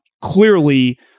clearly